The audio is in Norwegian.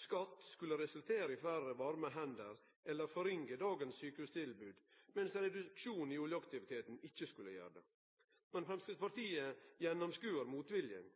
skatt skulle resultere i færre varme hender, eller forringe dagens sjukehustilbod, mens reduksjonen i oljeaktiviteten ikkje skulle gjere det. Men Framstegspartiet gjennomskodar motviljen.